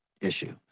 issue